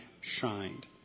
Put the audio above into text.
shined